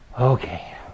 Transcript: Okay